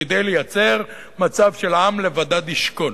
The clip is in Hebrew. כדי לייצר מצב של עם לבדד ישכון.